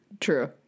true